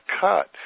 cut